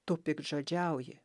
tu piktžodžiauji